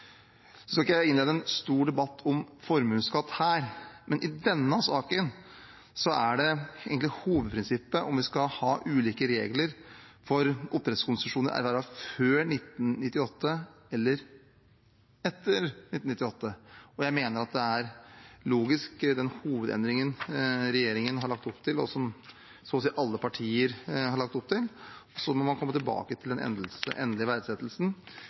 Så skal jeg ikke innlede en stor debatt om formuesskatt her, men i denne saken er hovedprinsippet egentlig om vi skal ha ulike regler for oppdrettskonsesjoner ervervet før 1998 eller etter 1998. Jeg mener at det er logisk med den hovedendringen regjeringen har lagt opp til, og som så å si alle partier har lagt opp til, og så må man komme tilbake til den endelige verdsettelsen